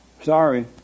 Sorry